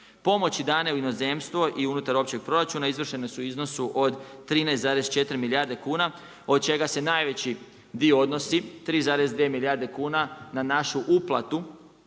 Pomoći dane u inozemstvu i unutar općeg proračuna izvršene su u iznosu od 13,4 milijarde kuna, od čega se najveći dio odnosi 3,2 milijarde kuna na našu uplatu